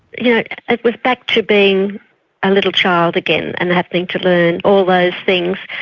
yeah it was back to being a little child again and having to learn all those things.